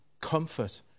comfort